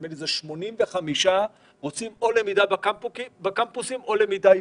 נדמה לי ש-85% רוצים או למידה בקמפוסים או למידה היברידית.